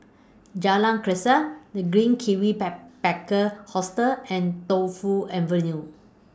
Jalan Grisek The Green Kiwi Ba Backpacker Hostel and Tu Fu Avenue